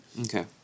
Okay